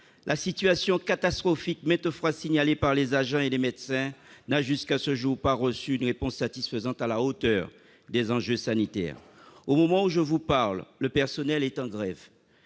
la situation catastrophique, maintes fois signalée par les agents et les médecins, n'a, jusqu'à ce jour, pas reçu de réponse satisfaisante à la hauteur des enjeux sanitaires. Au moment où je vous parle, le personnel est en grève.